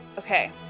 Okay